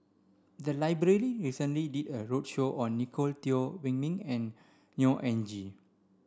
the library recently did a roadshow on Nicolette Teo Wei Min and Neo Anngee